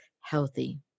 healthy